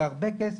זה הרבה כסף.